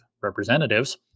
representatives